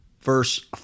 verse